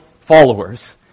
followers